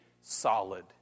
solid